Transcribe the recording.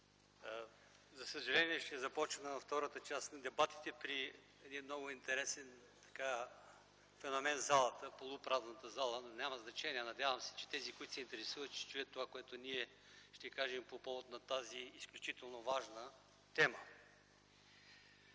За съжаление ще започна втората част на дебатите при един много интересен феномен в залата – полупразната зала, но няма значение. Надявам се, че тези, които се интересуват ще чуят това, което ние ще кажем по повод на тази изключително важна тема.